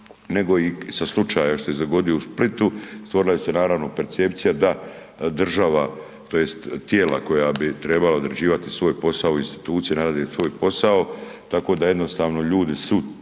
nego i sa slučajem ovaj što se dogodio u Splitu, stvorila se je naravno percepcija da država tj. tijela koja bi trebala odrađivati svoj posao, institucije rade svoj posao tako da jednostavno ljudi su